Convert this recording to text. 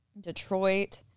Detroit